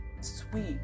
sweet